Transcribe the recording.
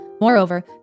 Moreover